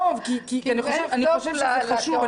אני חושב שזה חשוב.